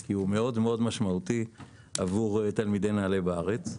כי הוא מאוד משמעותי עבור תלמידי נעל"ה בארץ.